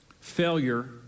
Failure